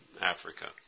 Africa